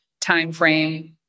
timeframe